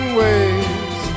ways